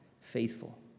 faithful